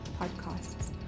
podcasts